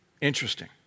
Interesting